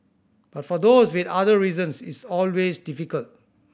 but for those with other reasons it's always difficult